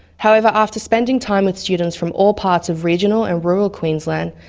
however after spending time with students from all parts of regional and rural queensland,